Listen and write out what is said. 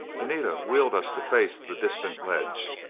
anita wheeled us to face the distant ledge.